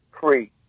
free